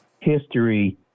history